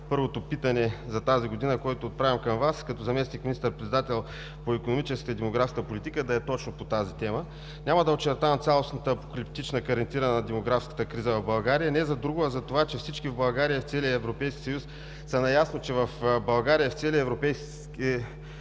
първото питане за тази година, което отправям към Вас, като заместник министър-председател по икономическата и демографска политика, да е точно по тази тема. Няма да очертавам цялостната апокалиптична картина на демографската криза в България, не за друго, а затова, че всички в България и в целия Европейски съюз са наясно, че в България – в целия Европейски